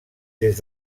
des